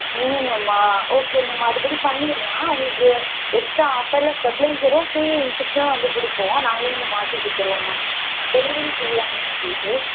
மினிமம்மா okay ma'am அதுப்படி பண்ணிடலாம் உங்களுக்கு எக்ஸ்ட்டா ஆஃபரில் ஸ்டெப்லைசரும் ஃப்ரீ இன்ஸ்ட்ரக்ஷனும் வந்து கொடுப்போம் நாங்களே வந்து மாட்டி கொடுத்துருவோம் மேம் டெலிவரி ஃப்ரீ தான் உங்களுக்கு